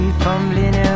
fumbling